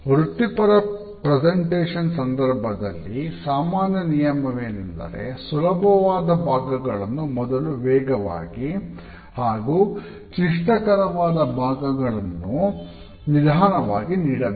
ವೃತ್ತಿಪರ ಪ್ರೆಸೆಂಟೇಷನ್ ಸಂದರ್ಭದಲ್ಲಿ ಸಾಮಾನ್ಯ ನಿಯಮವೇನೆಂದರೆ ಸುಲಭವಾದ ಭಾಗಗಳನ್ನು ಮೊದಲು ವೇಗವಾಗಿ ಹಾಗು ಕ್ಲಿಷ್ಟಕರವಾದ ಭಾಗಗಳನ್ನೂ ನಿಧಾನವಾಗಿ ನೀಡಬೇಕು